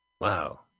Wow